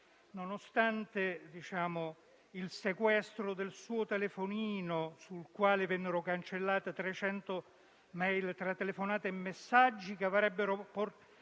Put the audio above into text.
nonostante il sequestro del suo telefonino dal quale vennero cancellate 300 *e-mail*, tra telefonate e messaggi che avrebbero fatto